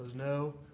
no.